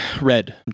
Red